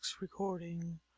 recording